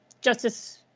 Justice